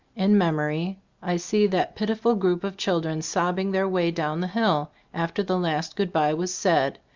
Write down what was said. in memory i see that pitiful group of children sobbing their way down the hill after the last good-bye was said,